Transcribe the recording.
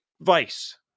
vice